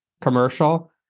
commercial